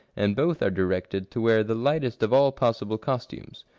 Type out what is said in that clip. and both are directed to wear the lightest of all possible costumes.